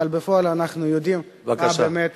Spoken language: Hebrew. אבל בפועל אנחנו יודעים מה באמת